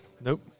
Nope